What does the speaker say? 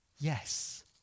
Yes